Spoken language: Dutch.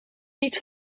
niet